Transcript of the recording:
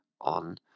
on